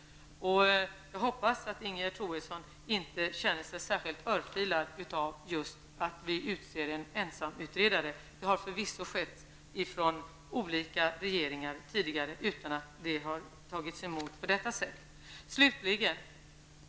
Jag hoppas att Ingegerd Troedsson inte känner sig ''örfilad'' just av att det har tillsatts en ensamutredare. Ensamutredare har förvisso tidigare tillsatts av olika regeringar utan att någon har tagit illa vid sig.